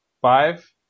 Five